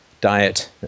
diet